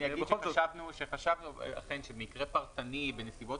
אני אגיד שחשבנו שבמקרה פרטני בנסיבות